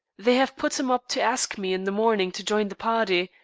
they have put him up to ask me in the morning to join the party.